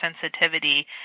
sensitivity